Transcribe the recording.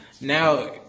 Now